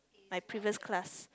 my previous class